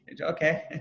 Okay